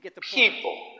people